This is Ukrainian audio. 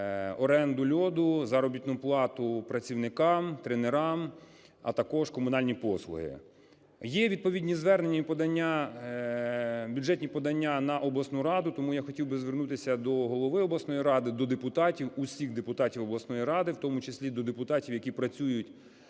оренду льоду, заробітну плату працівникам, тренерам, а також комунальні послуги. Є відповідні звернення і подання, бюджетні подання на обласну раду. Тому я хотів би звернутися до голови обласної ради, до депутатів, усіх депутатів обласної ради, в тому числі до депутатів, які працюють